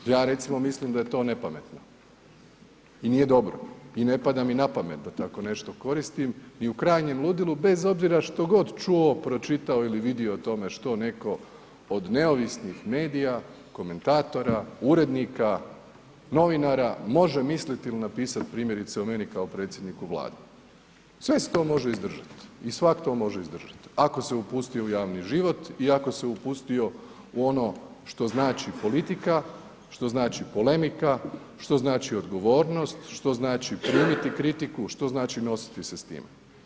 Ja recimo mislim da je to ne pametno i nije dobro i ne pada mi na pamet da tako nešto koristim ni u krajnjem ludilu bez obzira što god čuo, pročitao ili vidio o tome što netko od neovisnih medija, komentatora, urednika, novinara, može mislit ili napisat primjerice o meni kao predsjedniku Vlade, sve se to može izdržat i svatko to može izdržat ako se upustio u javni život i ako se upustio u ono što znači politika, što znači polemika, što znači odgovornost, što znači primiti kritiku, što znači nositi se s time.